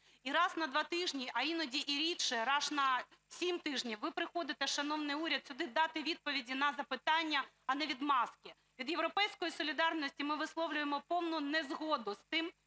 І раз на два тижні, а іноді і рідше, раз на сім тижнів, ви приходите, шановний уряд, сюди дати відповіді на запитання, а не відмазки. Від "Європейської солідарності" ми висловлюємо повну незгоду з тим,